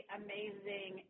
amazing